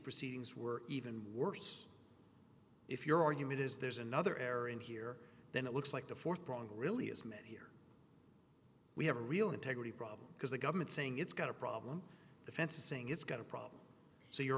proceedings were even worse if your argument is there's another error in here than it looks like the fourth prong really is met here we have a real integrity problem because the government saying it's got a problem the fencing it's got a problem so your